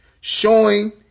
showing